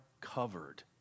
covered